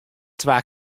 twa